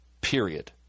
Period